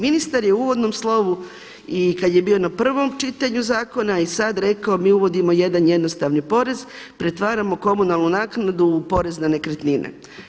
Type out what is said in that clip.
Ministar je u uvodnom slovu i kada je bio na prvom čitanju zakona i sada rekao mi uvodimo jedan jednostavni porez, pretvaramo komunalnu naknadu u porez na nekretnine.